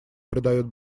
придает